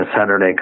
Saturday